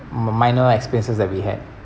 mi~ minor experiences that we had